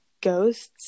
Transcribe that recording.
ghosts